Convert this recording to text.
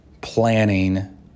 planning